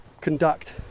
conduct